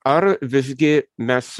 ar visgi mes